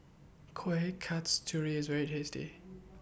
Kueh Kasturi IS very tasty